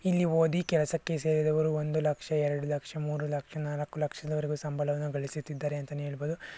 ಇಲ್ಲಿ ಓದಿ ಕೆಲಸಕ್ಕೆ ಸೇರಿದವರು ಒಂದು ಲಕ್ಷ ಎರಡು ಲಕ್ಷ ಮೂರು ಲಕ್ಷ ನಾಲ್ಕು ಲಕ್ಷದವರೆಗೆ ಸಂಬಳವನ್ನು ಗಳಿಸುತ್ತಿದ್ದರೆ ಅಂತಲೇ ಹೇಳ್ಬೋದು